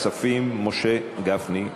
הכנסת משה גפני.